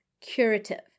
curative